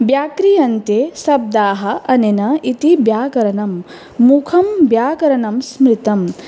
व्याक्रियन्ते शब्दाः अनेन इति व्याकरणं मुखं व्याकरणं स्मृतं